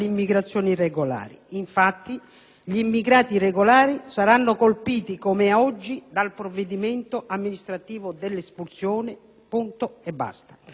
gli immigrati irregolari saranno colpiti come oggi dal provvedimento amministrativo dell'espulsione.